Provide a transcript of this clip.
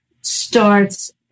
starts